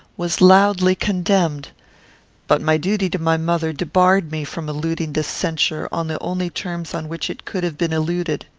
was loudly condemned but my duty to my mother debarred me from eluding this censure on the only terms on which it could have been eluded.